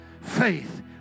Faith